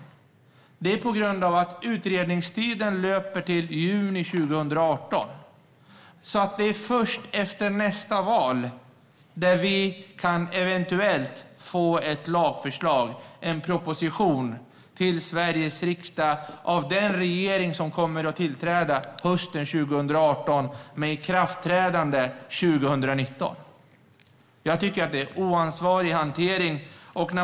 Jo, det är på grund av att utredningstiden löper till juni 2018. Det är alltså först efter nästa val vi eventuellt kan få ett lagförslag, en proposition, till Sveriges riksdag från den regering som kommer att tillträda hösten 2018 - ett lagförslag med ikraftträdande 2019. Jag tycker att det är en oansvarig hantering.